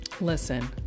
Listen